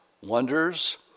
wonders